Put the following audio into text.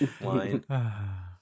line